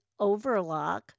overlock